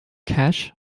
cash